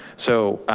so,